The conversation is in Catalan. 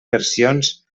versions